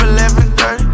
11.30